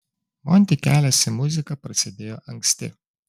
monty kelias į muziką prasidėjo anksti